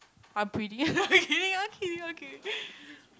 I'm pretty I'm kidding I'm kidding I'm kidding